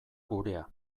gurea